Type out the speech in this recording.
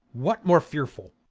what more fearful?